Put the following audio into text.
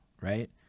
right